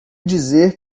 dizer